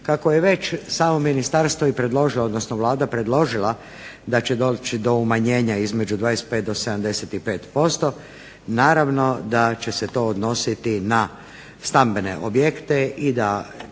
kako je već samo ministarstvo i predložilo, odnosno Vlada predložila da će doći do umanjenja između 25 do 75% naravno da će se to odnositi na stambene objekte i da